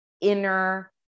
inner